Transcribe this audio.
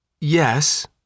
Yes